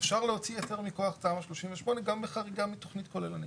אפשר להוציא היתר מכוח תמ"א 38 גם בחריגה מתכנית כוללנית.